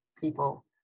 people